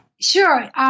Sure